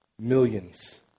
millions